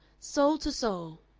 soul to soul.